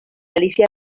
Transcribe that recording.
alicia